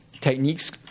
techniques